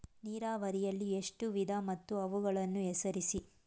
ನೀರಾವರಿಯಲ್ಲಿ ಎಷ್ಟು ವಿಧ ಮತ್ತು ಅವುಗಳನ್ನು ಹೆಸರಿಸಿ?